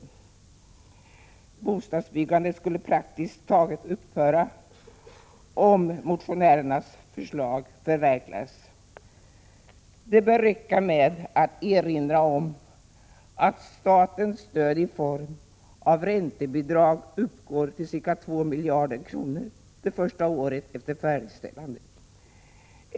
Bostadsbyggandet skulle praktiskt taget upphöra om motionärernas förslag förverkligades. Det bör räcka med att erinra om att statens stöd i form av räntebidrag uppgår till ca 2 miljarder kronor det första året efter färdigställandet.